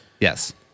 Yes